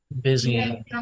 Busy